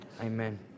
Amen